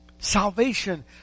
Salvation